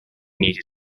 needed